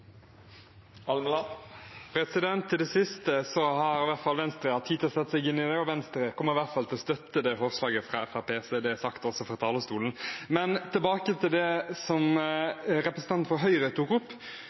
har i hvert fall hatt tid til å sette seg inn i det, og Venstre kommer i hvert fall til å støtte det forslaget fra Fremskrittspartiet. Da er det sagt også fra talerstolen. Tilbake til det som representanten fra Høyre tok opp: